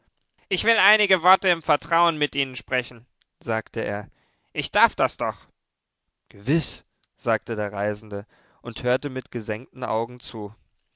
ich will einige worte im vertrauen mit ihnen sprechen sagte er ich darf das doch gewiß sagte der reisende und hörte mit gesenkten augen zu